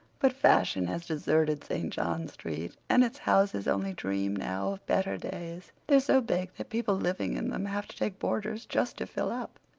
but fashion has deserted st. john street and its houses only dream now of better days. they're so big that people living in them have to take boarders just to fill up.